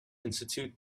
institute